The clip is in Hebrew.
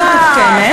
יותר מתוחכמת.